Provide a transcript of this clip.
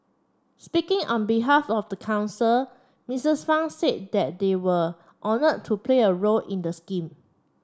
speaking on behalf of the council Misses Fang said that they were honour to play a role in the scheme